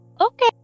Okay